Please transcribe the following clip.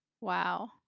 Wow